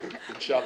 תודה.